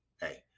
hey